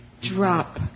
drop